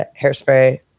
Hairspray